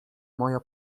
moja